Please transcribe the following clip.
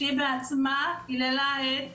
כשהיא בעצמה היללה את